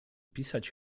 pisać